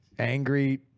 Angry